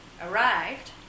arrived